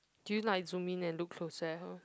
do you like zoom in and look closer at her